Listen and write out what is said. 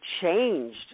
changed